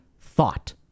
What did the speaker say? thought